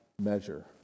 measure